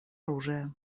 оружия